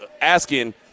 asking